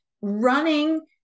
running